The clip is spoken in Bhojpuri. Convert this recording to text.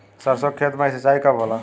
सरसों के खेत मे सिंचाई कब होला?